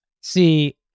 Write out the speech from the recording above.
See